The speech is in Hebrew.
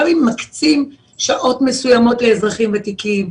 גם אם מקצים שעות מסוימות לאזרחים ותיקים,